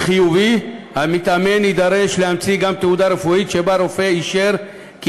חיובי יידרש המתאמן להמציא גם תעודה רפואית שבה יאשר רופא